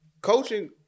Coaching